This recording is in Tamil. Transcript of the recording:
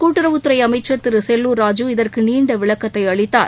கூட்டுறவுத்துறை அமைச்சர் திரு செல்லூர் ராஜூ இதற்கு நீண்ட விளக்கத்தை அளித்தார்